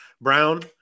Brown